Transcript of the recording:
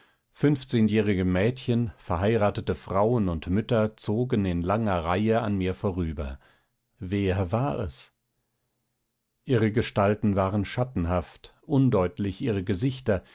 fünfzehnjährige mädchen verheiratete frauen und mütter zogen in langer reihe an mir vorüber wer war es ihre gestalten waren schattenhaft undeutlich ihre gesichter